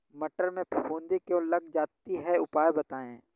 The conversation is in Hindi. मटर में फफूंदी क्यो लग जाती है उपाय बताएं?